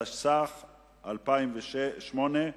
התשס"ח 2008,